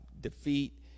defeat